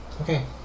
Okay